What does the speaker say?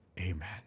Amen